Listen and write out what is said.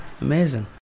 Amazing